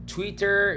Twitter